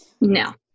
no